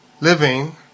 living